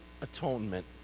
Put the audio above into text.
atonement